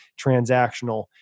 transactional